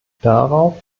darauf